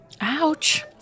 Ouch